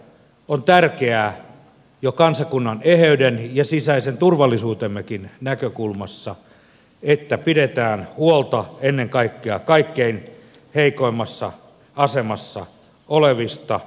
on tärkeää jo kansakunnan eheyden ja sisäisen turvallisuutemmekin näkökulmasta että pidetään huolta ennen kaikkea kaikkein heikoimmassa asemassa olevista jokaisesta